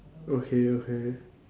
okay okay